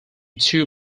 two